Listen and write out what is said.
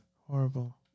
Horrible